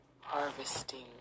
harvesting